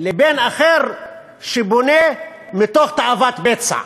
לבין אחר שבונה מתוך תאוות בצע.